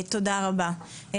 תודה רבה.